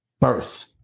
birth